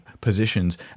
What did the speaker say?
positions